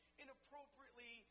inappropriately